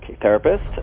therapist